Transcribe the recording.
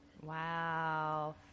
Wow